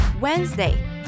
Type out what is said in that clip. Wednesday